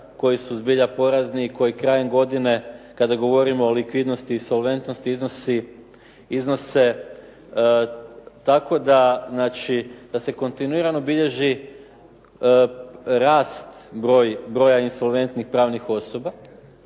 koji su zbilja porazni i koji krajem godine kada govorimo o likvidnosti i solventnosti iznose tako da znači, da se kontinuirano bilježi rast broja insolventnih pravnih osoba,